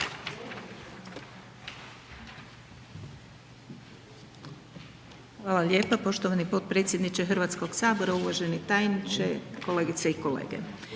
Hvala lijepa poštovani potpredsjedniče Hrvatskog sabora. Uvažena kolegice.